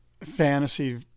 fantasy